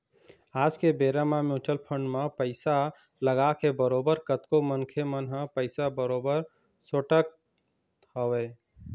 आज के बेरा म म्युचुअल फंड म पइसा लगाके बरोबर कतको मनखे मन ह पइसा बरोबर सोटत हवय